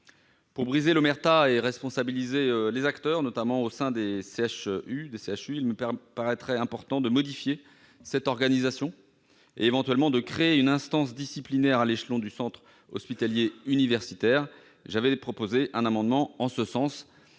Pour briser l'omerta et responsabiliser les acteurs, notamment au sein des CHU, il me paraîtrait important de modifier cette organisation et éventuellement de créer une instance disciplinaire à l'échelon du centre hospitalier et universitaire. J'avais déposé un amendement en ce sens,